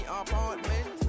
apartment